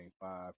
five